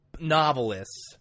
novelists